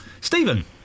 Stephen